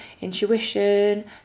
intuition